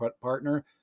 partner